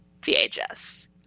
VHS